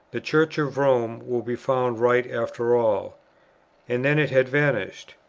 the church of rome will be found right after all and then it had vanished.